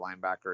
linebacker